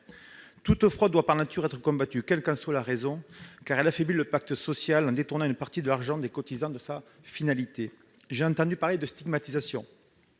Toute fraude doit, par nature, être combattue, quelle qu'en soit la raison, car elle affaiblit le pacte social en détournant une partie de l'argent des cotisants de sa finalité. J'ai entendu évoquer une stigmatisation